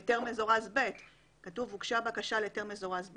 בהיתר מזורז ב' כתוב: "הוגשה בקשה להיתר מזורז ב',